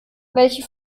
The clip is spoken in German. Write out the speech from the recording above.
welche